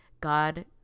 god